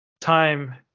time